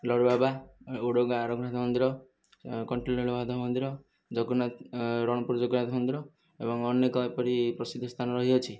ଲଡ଼ୁବାବା ଓଡ଼ଗାଁ ରଘୁନାଥ ମନ୍ଦିର କଣ୍ଟିଲୋ ନୀଳମାଧବ ମନ୍ଦିର ଜଗନ୍ନାଥ ରଣପୁର ଜଗନ୍ନାଥ ମନ୍ଦିର ଏବଂ ଅନେକ ଏପରି ପ୍ରସିଦ୍ଧ ସ୍ଥାନ ରହିଅଛି